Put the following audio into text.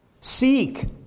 Seek